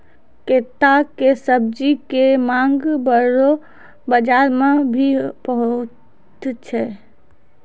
कैता के सब्जी के मांग बड़ो बाजार मॅ भी बहुत छै